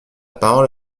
parole